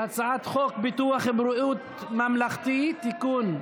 אנחנו עוברים להצבעה על הצעת חוק ביטוח בריאות ממלכתי (תיקון,